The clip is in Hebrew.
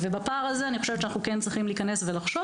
בפער הזה אני חושבת שאנחנו כן צריכים להיכנס ולחשוב